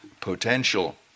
potential